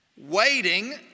Waiting